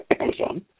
Amazon